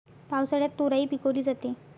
पावसाळ्यात तोराई पिकवली जाते